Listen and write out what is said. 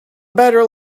better